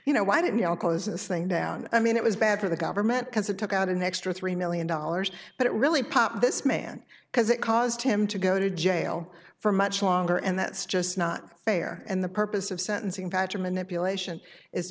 you know why didn't your closest thing down i mean it was bad for the government because it took out an extra three million dollars but it really popped this man because it caused him to go to jail for much longer and that's just not fair and the purpose of sentencing pattern manipulation is